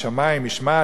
משמעת הדין,